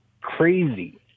crazy